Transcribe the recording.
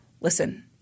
listen